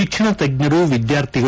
ಶಿಕ್ಷಣ ತಜ್ಞರು ವಿದ್ಯಾರ್ಥಿಗಳು